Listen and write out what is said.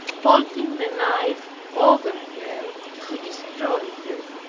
holding the knife over her to destroy her.